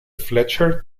fletcher